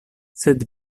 sed